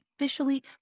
officially